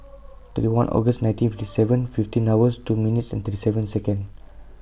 three one August nineteen fifty seven fifteen hours two minute thirty seven Second